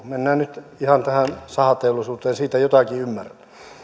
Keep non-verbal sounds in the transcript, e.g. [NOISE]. [UNINTELLIGIBLE] mennään nyt ihan tähän sahateollisuuteen siitä jotakin ymmärrän